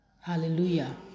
Hallelujah